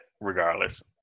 regardless